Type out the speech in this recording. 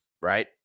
right